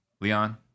Leon